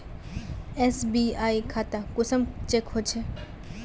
SBI खाता कुंसम check होचे?